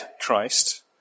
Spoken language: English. Christ